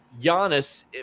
Giannis